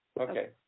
okay